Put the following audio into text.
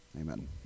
Amen